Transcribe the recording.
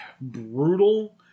brutal